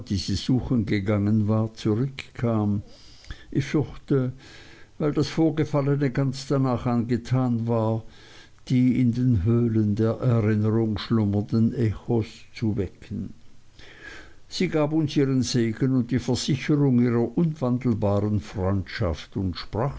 sie suchen gegangen war zurückkam ich fürchte weil das vorgefallene ganz danach angetan war die in den höhlen der erinnerung schlummernden echos zu wecken sie gab uns ihren segen und die versicherung ihrer unwandelbaren freundschaft und sprach